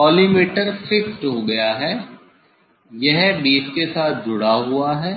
collimator fixed हो गया है यह बेस के साथ जुड़ा हुआ है